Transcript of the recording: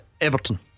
Everton